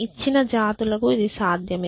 ఇచ్చిన జాతులకు ఇది సాధ్యమే